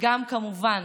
וגם כמובן